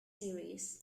series